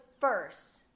first